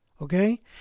okay